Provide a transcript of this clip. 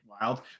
wild